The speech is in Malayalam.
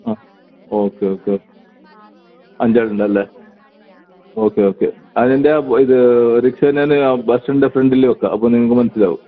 ആ ഓക്കേ ഓക്കേ അഞ്ച് ആളിണ്ടല്ലേ ഓക്കേ ഓക്കേ അതിൻ്റെ റിക്ഷൻ്റെൽ ബസ്സിൻ്റെ ഫ്രണ്ടിൽ ബെക്കാം അപ്പോൾ നിങ്ങൾക്ക് മനസിലാവും